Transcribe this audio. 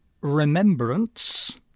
Remembrance